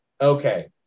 okay